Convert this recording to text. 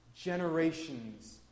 generations